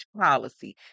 policy